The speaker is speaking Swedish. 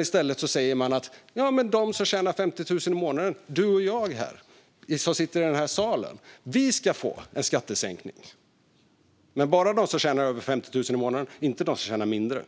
I stället säger man att de som tjänar 50 000 i månaden - vi som sitter i den här salen - ska få en skattesänkning. Men det gäller bara de som tjänar över 50 000 i månaden, inte de som tjänar mindre;